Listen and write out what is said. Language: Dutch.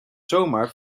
zomaar